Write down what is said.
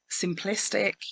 simplistic